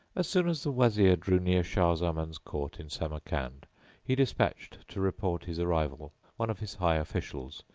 as soon as the wazir drew near shah zaman's court in samarcand he despatched to report his arrival one of his high officials,